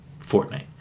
Fortnite